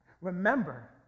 Remember